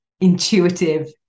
intuitive